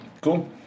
Cool